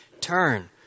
turn